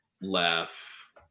laugh